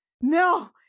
no